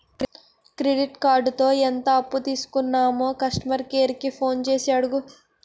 credit కార్డుతో ఎంత అప్పు తీసుకున్నామో కస్టమర్ కేర్ కి ఫోన్ చేసి అడుగు